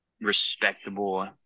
respectable